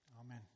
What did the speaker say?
Amen